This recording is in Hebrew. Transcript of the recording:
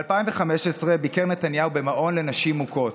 ב-2015 ביקר נתניהו במעון לנשים מוכות.